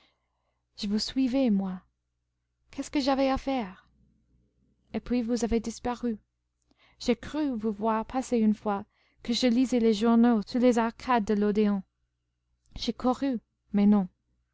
je vous suivais moi qu'est-ce que j'avais à faire et puis vous avez disparu j'ai cru vous voir passer une fois que je lisais les journaux sous les arcades de l'odéon j'ai couru mais non